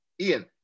Ian